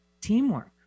teamwork